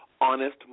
honest